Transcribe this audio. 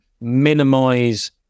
minimize